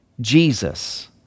Jesus